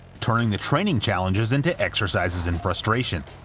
turning the training challenges into exercises in frustration.